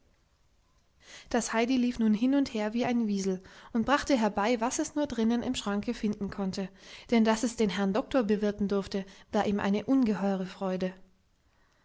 das heidi lief nun hin und her wie ein wiesel und brachte herbei was es nur drinnen im schranke finden konnte denn daß es den herrn doktor bewirten durfte war ihm eine ungeheure freude